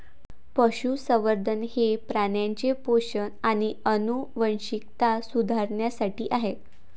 पशुसंवर्धन हे प्राण्यांचे पोषण आणि आनुवंशिकता सुधारण्यासाठी आहे